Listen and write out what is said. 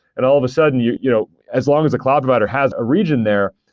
and all of a sudden yeah you know as long as the cloud provider has a region there,